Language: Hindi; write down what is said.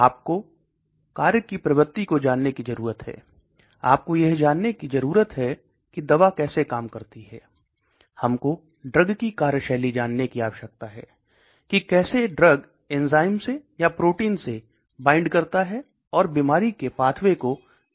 आपको कार्य की प्रवृत्ति को जानने की जरूरत है आपको यह जानने की जरूरत है कि दवा कैसे काम करती है हमको ड्रग की कार्यशैली जानने की आवश्यकता है की कैसे ड्रग एंजाइम से या प्रोटीन से बाइंड करता है और बीमारी के पाथवे को निष्क्रिय करता है